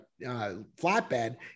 flatbed